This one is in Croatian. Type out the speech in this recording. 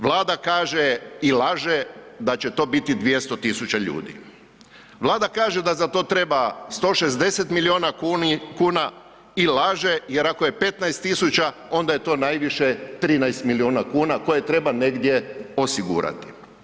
Vlada kaže i laže da će to biti 200.000 ljudi, Vlada kaže da za to treba 160 milijuna kuna i laže jer ako je 15.000 onda je to najviše 13 milijuna kuna koje treba negdje osigurati.